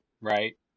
right